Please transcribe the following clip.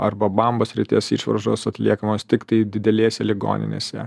arba bambos srities išvaržos atliekamos tiktai didelėse ligoninėse